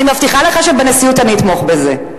אני מבטיחה לך שבנשיאות אני אתמוך בזה.